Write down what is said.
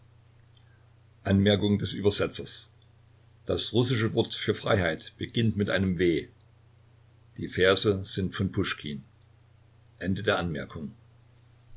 freiheit das russische wort für freiheit beginnt mit einem w die verse sind von